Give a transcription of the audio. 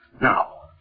Now